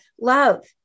love